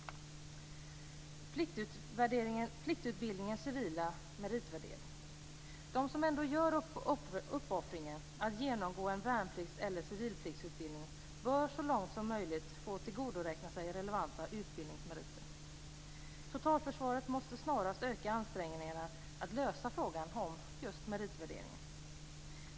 Sedan vill jag ta upp pliktutbildningens civila meritvärdering. De som ändå gör uppoffringen att genomgå en värnplikts eller civilpliktsutbildning bör så långt möjligt få tillgodoräkna sig relevanta utbildningsmeriter. Totalförsvaret måste snarast öka ansträngningarna att lösa frågan om just meritvärderingen.